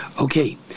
Okay